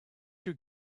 you